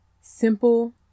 simple